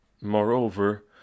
Moreover